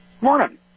Morning